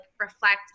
reflect